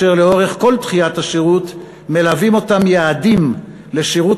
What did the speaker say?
ולאורך כל דחיית השירות מלווים אותם יעדים לשירות